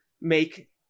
make